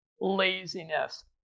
laziness